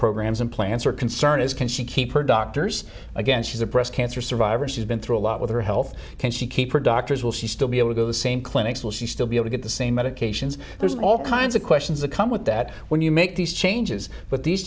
programs and plans for concern is can she keep her doctors again she's a breast cancer survivor she's been through a lot with her health can she keep her doctors will she still be able to go the same clinics will she still be able get the same medications there's all kinds of questions that come with that when you make these changes but these